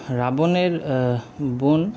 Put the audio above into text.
রাবণের বোন